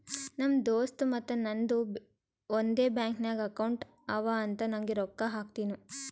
ನಮ್ ದೋಸ್ತ್ ಮತ್ತ ನಂದು ಒಂದೇ ಬ್ಯಾಂಕ್ ನಾಗ್ ಅಕೌಂಟ್ ಅವಾ ಅಂತ್ ನಂಗೆ ರೊಕ್ಕಾ ಹಾಕ್ತಿನೂ